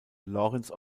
laurence